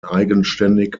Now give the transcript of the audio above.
eigenständig